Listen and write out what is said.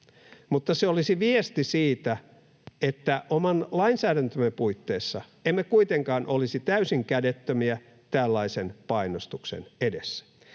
mutta se olisi viesti siitä, että oman lainsäädäntömme puitteissa emme kuitenkaan olisi täysin kädettömiä tällaisen painostuksen edessä.